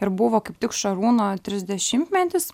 ir buvo kaip tik šarūno trisdešimtmetis